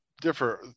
differ